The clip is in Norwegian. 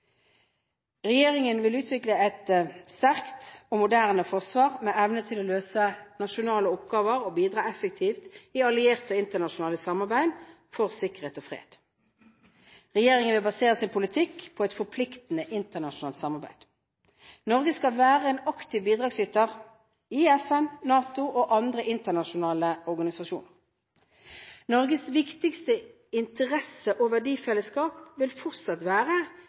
Regjeringen vil utvikle et sterkt og moderne forsvar med evne til å løse nasjonale oppgaver og bidra effektivt i alliert og internasjonalt samarbeid for sikkerhet og fred. Regjeringen vil basere sin politikk på et forpliktende internasjonalt samarbeid. Norge skal være en aktiv bidragsyter i FN, NATO og andre internasjonale organisasjoner. Norges viktigste interesse- og verdifellesskap vil fortsatt være